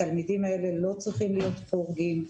התלמידים האלה לא צריכים להיות חורגים,